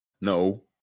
No